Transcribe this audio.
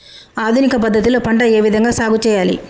ఆధునిక పద్ధతి లో పంట ఏ విధంగా సాగు చేయాలి?